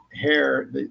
hair